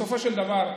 בסופו של דבר,